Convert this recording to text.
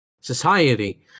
society